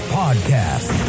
podcast